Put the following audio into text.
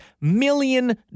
million